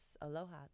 Aloha